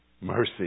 mercy